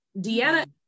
Deanna